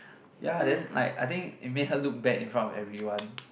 ya then like I think it make her look bad in front of everyone